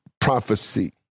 prophecy